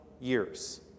years